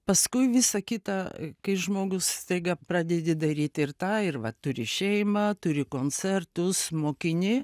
paskui visa kita kai žmogus staiga pradedi daryti ir tą ir va turi šeimą turi koncertus mokini